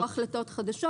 לא ניתנו החלטות חדשות.